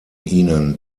ihnen